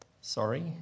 Sorry